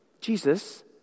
Jesus